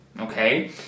okay